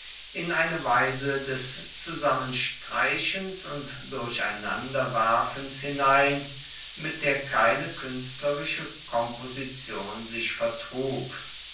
in eine weise des zusammenstreichens und durcheinanderwerfens hinein mit der keine kuenstlerische komposition sich